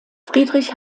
friedrich